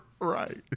Right